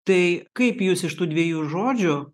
tai kaip jūs iš tų dviejų žodžių